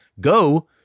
go